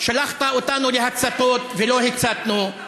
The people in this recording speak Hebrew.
שלחת אותנו להצתות ולא הצתנו,